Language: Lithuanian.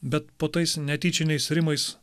bet po tais netyčiniais rimais